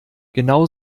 genau